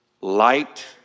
light